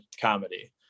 comedy